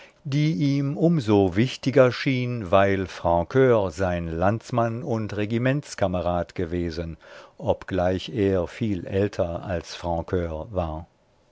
die ihm um so wichtiger schien weil francr sein landsmann und regimentskamerad gewesen obgleich er viel älter als francur war